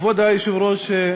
כבוד היושב-ראש,